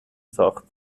ساخت